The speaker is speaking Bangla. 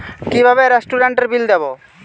কিভাবে রেস্টুরেন্টের বিল দেবো?